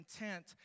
intent